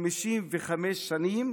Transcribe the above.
55 שנים,